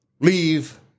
leave